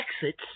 exits